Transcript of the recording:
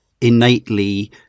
innately